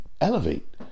elevate